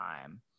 time